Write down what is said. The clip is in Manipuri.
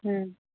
ꯎꯝ